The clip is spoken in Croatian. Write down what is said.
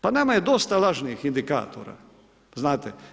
Pa nama je dosta lažnih indikatora, znate.